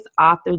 author